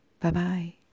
Bye-bye